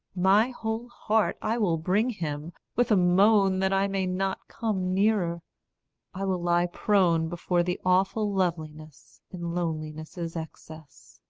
my whole heart i will bring him, with a moan that i may not come nearer i will lie prone before the awful loveliness in loneliness' excess.